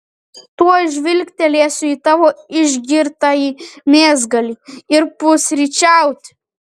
tuoj žvilgtelėsiu į tavo išgirtąjį mėsgalį ir pusryčiauti